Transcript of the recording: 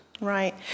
Right